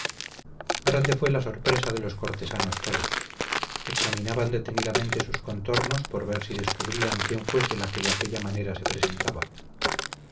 grande fue la sorpresa de los cortesanos todos examinaban detenidamente sus contornos por ver si descubrían quién fuese la que de aquella manera se presentaba